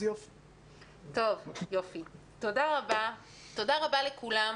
תודה רבה לכולם.